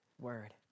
word